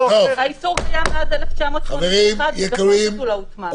האיסור קיים מאז 1981 וגם אז הוא לא הוטמע.